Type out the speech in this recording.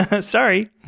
sorry